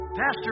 Pastor